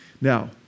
Now